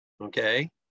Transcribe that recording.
okay